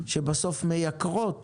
שבסוף מייקרות